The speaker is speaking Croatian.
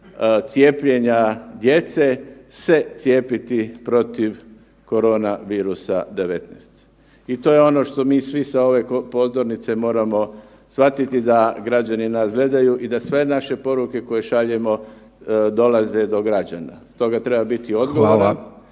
cijepljenja djece se cijepiti protiv koronavirusa 19. I to je ono što mi svi sa ove govornice moramo shvatiti da građani nas gledaju i da sve naše poruke koje šaljemo dolaze do građana. Stoga treba biti odgovoran